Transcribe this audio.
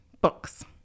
Books